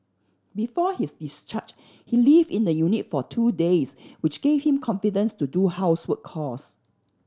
before his discharge he lived in the unit for two days which gave him confidence to do household chores